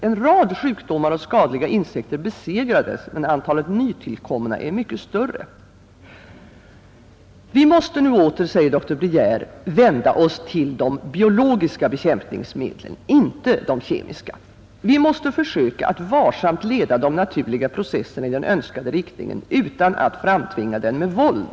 En rad sjukdomar och skadliga insekter besegrades, men antalet nytillkomna är mycket större. ——— Vi måste nu åter” — skriver dr Briejer — ”vända oss till de biologiska bekämpningsmedlen, inte de kemiska. Vi måste försöka att varsamt leda de naturliga processerna i den av oss önskade riktningen, utan att framtvinga den med våld.